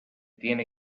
tiene